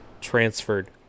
transferred